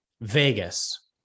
Vegas